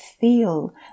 feel